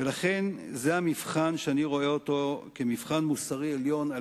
ולכן זה המבחן שאני רואה אותו כמבחן מוסרי עליון.